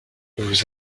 vous